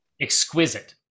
exquisite